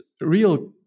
real